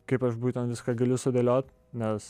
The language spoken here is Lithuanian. kaip aš būtent viską galiu sudėliot nes